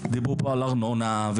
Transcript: דיברו פה על ארנונה,